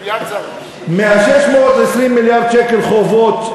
מה-620 מיליארד שקל חובות,